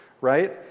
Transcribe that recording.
right